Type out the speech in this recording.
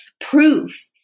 proof